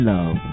Love